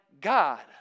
God